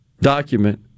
document